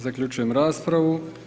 Zaključujem raspravu.